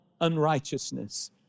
unrighteousness